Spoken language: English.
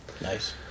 Nice